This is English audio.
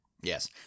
yes